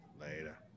Later